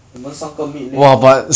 你们三个 mid lane